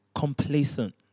complacent